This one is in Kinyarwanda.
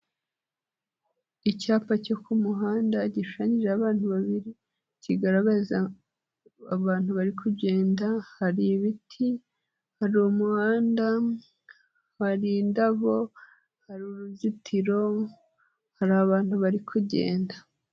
Icyapa cyo ku muhanda gishushanyijeho abantu babiri, kigaragaza abantu bari kugenda, hari ibiti, hari umuhanda, hari indabo, hari uruzitiro, hari abantu bari kugenda.